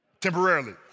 temporarily